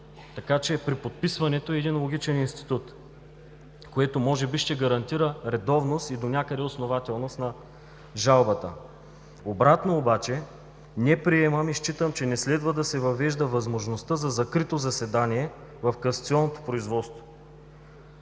Така, че приподписването е един логичен институт, което може би ще гарантира редовност и донякъде основателност на жалбата. Обратно обаче не приемам и считам, че не следва да се въвежда възможността за закрито заседание в касационното производство.